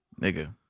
nigga